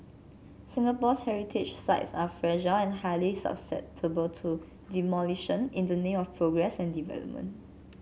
Singapore's heritage sites are fragile and highly susceptible to demolition in the name of progress and development